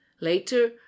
Later